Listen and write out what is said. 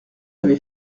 avez